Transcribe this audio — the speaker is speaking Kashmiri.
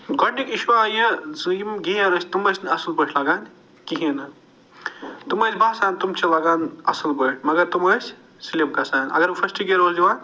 گۄڈنیُک اِشوٗ آو یہِ سُہ یِم گیر ٲسۍ تِم ٲسۍ نہٕ اصٕل پٲٹھۍ لَگان کِہیٖنٛۍ نہٕ تِم ٲسۍ باسان تِم چھِ لگان اصٕل پٲٹھۍ مگر تِم ٲسۍ سِلِپ گَژھان اگر بہٕ فٔسٹہٕ گیر اوس دِوان